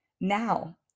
Now